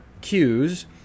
cues